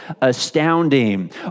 astounding